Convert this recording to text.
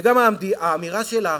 וגם האמירה שלך,